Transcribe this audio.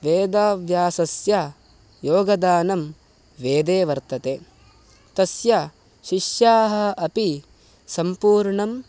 वेदव्यासस्य योगदानं वेदे वर्तते तस्य शिष्याः अपि सम्पूर्णम्